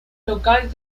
local